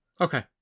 Okay